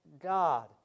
God